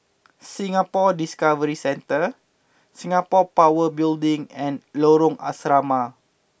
Singapore Discovery Centre Singapore Power Building and Lorong Asrama